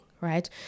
Right